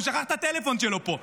הוא שכח את הטלפון שלו פה.